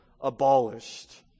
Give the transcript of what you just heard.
abolished